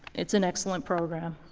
it's an excellent program.